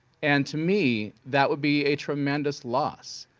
and, to me, that would be a tremendous loss.